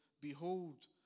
Behold